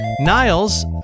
Niles